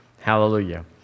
Hallelujah